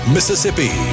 Mississippi